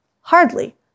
Hardly